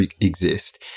exist